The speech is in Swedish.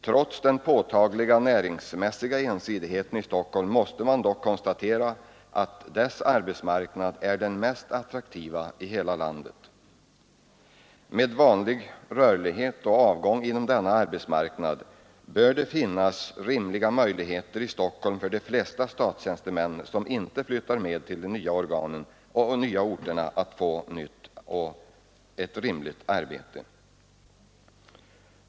Trots den påtagliga näringsmässiga ensidigheten i Stockholm måste man dock konstatera att dess arbetsmarknad är den mest attraktiva i hela landet. Med vanlig rörlighet och avgång inom denna arbetsmarknad bör det finnas rimliga möjligheter i Stockholm för de flesta statstjänstemän som inte flyttar med till de nya orterna att få ett lämpligt arbete.